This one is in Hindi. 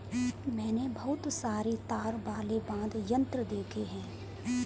मैंने बहुत सारे तार वाले वाद्य यंत्र देखे हैं